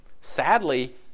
Sadly